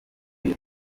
iyo